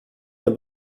d’un